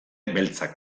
beltzak